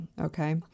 Okay